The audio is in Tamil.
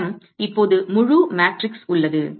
என்னிடம் இப்போது முழு மேட்ரிக்ஸ் உள்ளது